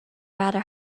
rather